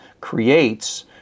creates